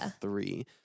three